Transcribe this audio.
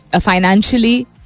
financially